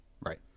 Right